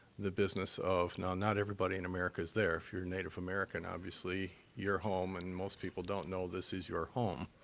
the business of now, not everybody in america is there. if you're native american, obviously, you're home. and most people don't know this is your home.